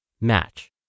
Match